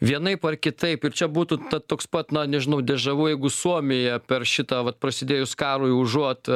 vienaip ar kitaip ir čia būtų ta toks pat na nežinau dežavu jeigu suomija per šitą vat prasidėjus karui užuot